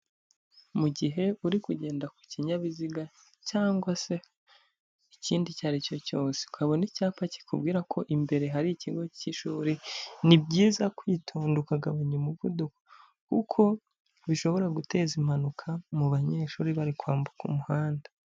Mu gihe uri kugenda ku kinyabiziga cyangwa se ikindi icyo ari cyo cyose, ukabona icyapa kikubwira ko imbere hari ikigo cy'ishuri, ni byiza kwitonda ukagabanya umuvuduko, kuko bishobora guteza impanuka mu banyeshuri bari kwambuka umuhanda.